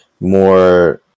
more